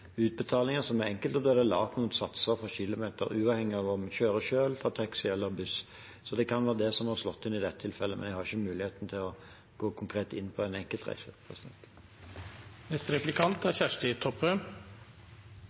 utbetalinger, som er enkelt, og der det er laget noen satser for kilometer uavhengig av om en kjører selv, tar taxi eller tar buss. Det kan være det som har slått inn i dette tilfellet, men jeg har ikke mulighet til å gå konkret inn på en